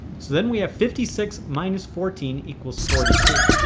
so then we have fifty six minus fourteen equals forty two.